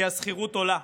כי השכירות עולה.